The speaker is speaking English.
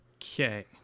Okay